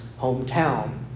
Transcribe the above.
hometown